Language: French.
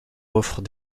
offre